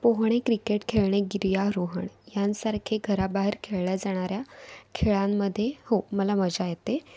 पोहणे क्रिकेट खेळणे गिर्यारोहण यांसारखे घराबाहेर खेळल्या जाणाऱ्या खेळांमध्ये हो मला मजा येते